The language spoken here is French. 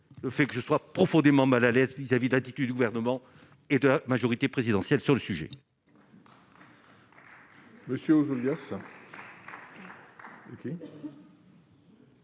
le fait que je sois profondément mal à l'aise vis-à-vis de l'attitude du gouvernement et de la majorité présidentielle sur le sujet.